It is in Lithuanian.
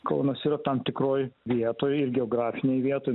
kaunas yra tam tikroj vietoj geografinėj vietoj